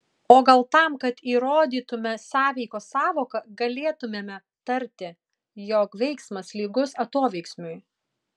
o gal tam kad įrodytume sąveikos sąvoką galėtumėme tarti jog veiksmas lygus atoveiksmiui